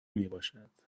میباشد